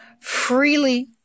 freely